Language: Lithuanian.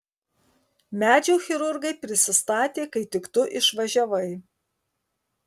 medžių chirurgai prisistatė kai tik tu išvažiavai